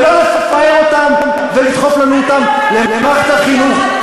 ולא לפאר אותם ולדחוף לנו אותם למערכת החינוך.